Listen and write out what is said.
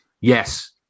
Yes